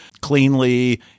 cleanly